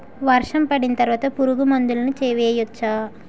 వర్షం పడిన తర్వాత పురుగు మందులను వేయచ్చా?